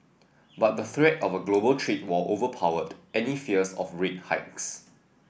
but the threat of a global trade war overpowered any fears of rate hikes